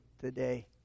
today